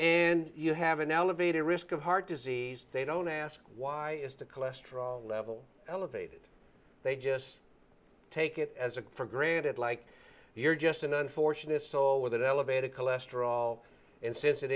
and you have an elevated risk of heart disease they don't ask why is the cholesterol level elevated they just take it as a for granted like you're just an unfortunate soul with an elevated cholesterol and since it